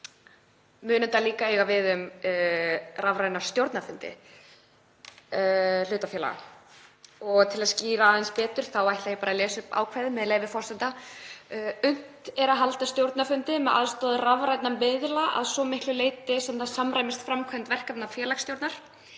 Mun þetta líka eiga við um rafræna stjórnarfundi hlutafélaga? Til að skýra þetta aðeins betur þá ætla ég bara að lesa upp ákvæðið, með leyfi forseta: „Unnt er að halda stjórnarfundi með aðstoð rafrænna miðla að svo miklu leyti sem það samræmist framkvæmd verkefna félagsstjórnar.